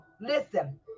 Listen